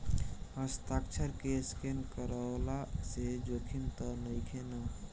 हस्ताक्षर के स्केन करवला से जोखिम त नइखे न?